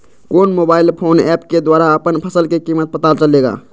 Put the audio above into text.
कौन mobile phone app के द्वारा अपन फसल के कीमत पता चलेगा?